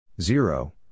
Zero